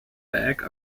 back